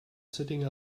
sitting